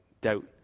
doubt